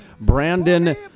Brandon